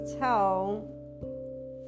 tell